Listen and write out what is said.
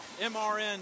mrn